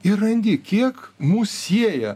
ir randi kiek mus sieja